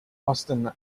austen